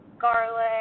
garlic